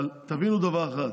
אבל תבינו דבר אחד: